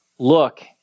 Look